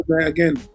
Again